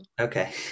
Okay